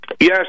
Yes